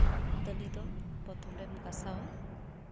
ᱛᱟᱞᱤ ᱫᱚ ᱯᱨᱚᱛᱷᱚᱢ ᱨᱮᱢ ᱜᱟᱥᱟᱣᱟ